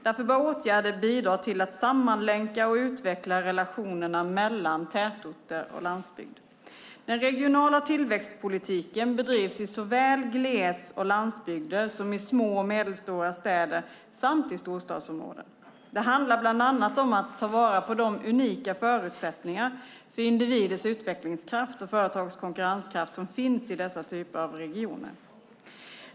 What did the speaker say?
Därför bör åtgärder bidra till att sammanlänka och utveckla relationerna mellan tätorter och landsbygd. Den regionala tillväxtpolitiken bedrivs i såväl gles och landsbygder som små och medelstora städer samt i storstadsområden. Det handlar bland annat om att ta vara på de unika förutsättningar för individers utvecklingskraft och företags konkurrenskraft som finns i dessa typer av regioner.